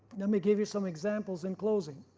let me give you some examples in closing.